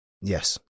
Yes